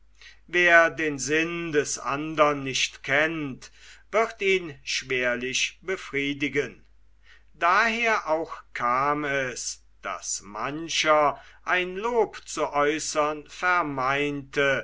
wer den sinn des andern nicht kennt wird ihn schwerlich befriedigen daher auch kam es daß mancher ein lob zu äußern